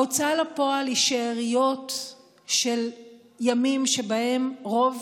ההוצאה לפועל היא שאריות של ימים שבהם רוב